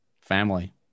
family